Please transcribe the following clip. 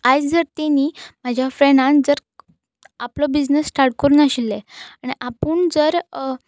आयज जर तेणीं म्हाज्या फ्रँडान जर आपलो बिझनस स्टार्ट करूंक नाशिल्ले आनी आपूण जर